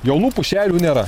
jaunų pušelių nėra